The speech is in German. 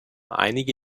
einige